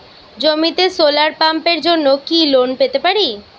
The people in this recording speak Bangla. জমিতে সোলার পাম্পের জন্য কি লোন পেতে পারি?